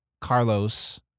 Carlos